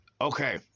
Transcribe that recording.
okay